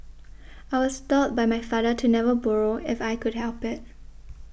I was taught by my father to never borrow if I could help it